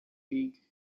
league